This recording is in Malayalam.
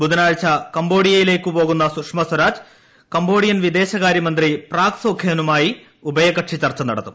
ബുധനാഴ്ച കംബോഡിയയിലേക്കു പോകുന്ന സുഷമ സ്വരാജ് കംബോഡിയൻ വിദേശകാരൃ മന്ത്രി പ്രാക് സോഖോനുമായി ഉഭയകക്ഷി ചർച്ച നടത്തും